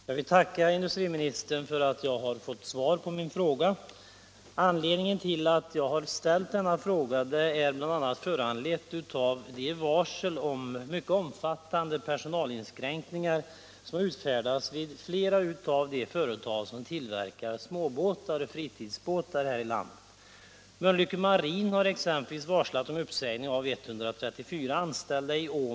Herr talman! Jag vill tacka industriministern för att jag fått svar på min fråga. Anledningen till att jag har ställt frågan är bl.a. de varsel om mycket omfattande personalinskränkningar som utfärdats vid flera av de företag som tillverkar småbåtar och fritidsbåtar här i landet.